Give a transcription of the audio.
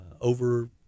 over